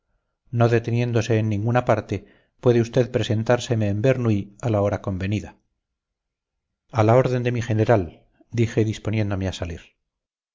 no deteniéndose en ninguna parte puede usted presentárseme en bernuy a la hora convenida a la orden de mi general dije disponiéndome a salir